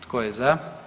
Tko je za?